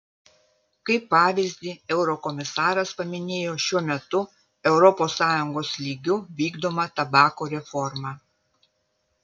kaip pavyzdį eurokomisaras paminėjo šiuo metu europos sąjungos lygiu vykdomą tabako reformą